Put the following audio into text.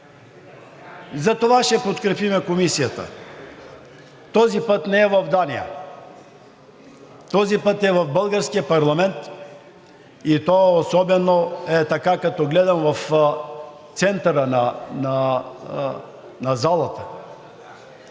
Затова ще подкрепим Комисията. Този път не е в Дания, този път е в българския парламент, и то особено е така, като гледам, в центъра на залата,